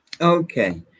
Okay